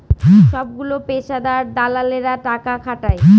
সবগুলো পেশাদার দালালেরা টাকা খাটায়